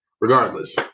regardless